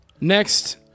Next